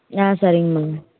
ஆ சரிங்கம்மா